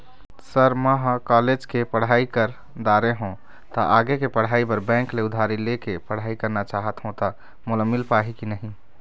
Sir म ह college के पढ़ाई कर दारें हों ता आगे के पढ़ाई बर बैंक ले उधारी ले के पढ़ाई करना चाहत हों ता मोला मील पाही की नहीं?